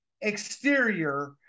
exterior